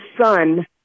son